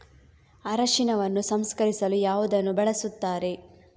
ಅರಿಶಿನವನ್ನು ಸಂಸ್ಕರಿಸಲು ಯಾವುದನ್ನು ಬಳಸುತ್ತಾರೆ?